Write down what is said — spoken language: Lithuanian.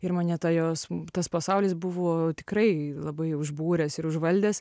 ir mane ta jos tas pasaulis buvo tikrai labai užbūręs ir užvaldęs